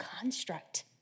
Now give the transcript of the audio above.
construct